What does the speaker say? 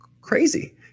crazy